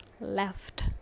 left